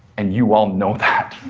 and you all know that.